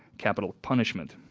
capital punishment.